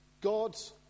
God's